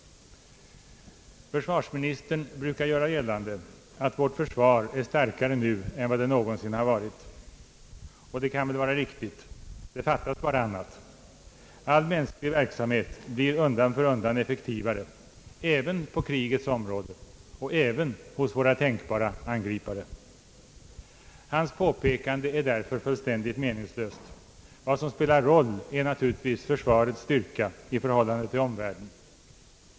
Försvarsministern brukar göra gällande att vårt försvar är starkare nu än det någonsin har varit, och det kan väl vara riktigt. Det fattas bara annat. All mänsklig verksamhet blir undan för undan effektivare, även på krigets område och även hos våra tänkbara angripare. Hans påpekande är därför fullkomligt meningslöst. Vad som spelar roll är naturligtvis försvarets styrka i förhållande till omvärlden.